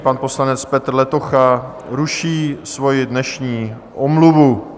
Pan poslanec Petr Letocha ruší svoji dnešní omluvu.